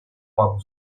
могу